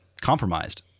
compromised